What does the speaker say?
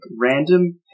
Random